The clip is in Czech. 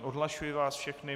Odhlašuji vás všechny.